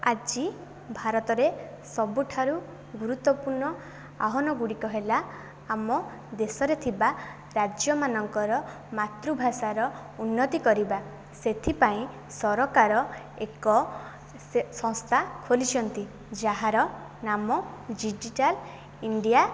ଆଜି ଭାରତରେ ସବୁଠାରୁ ଗୁରୁତ୍ୱପୂର୍ଣ୍ଣ ଆହ୍ୱାନ ଗୁଡ଼ିକ ହେଲା ଆମ ଦେଶରେ ଥିବା ରାଜ୍ୟମାନଙ୍କର ମାତୃ ଭାଷାର ଉନ୍ନତି କରିବା ସେଥିପାଇଁ ସରକାର ଏକ ସଂସ୍ଥା ଖୋଲିଛନ୍ତି ଯାହାର ନାମ ଜିଜିଟାଲ ଇଣ୍ଡିଆ